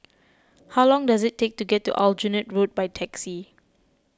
how long does it take to get to Aljunied Road by taxi